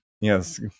Yes